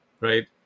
right